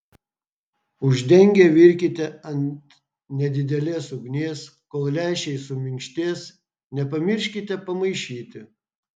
uždengę virkite ant nedidelės ugnies kol lęšiai suminkštės nepamirškite pamaišyti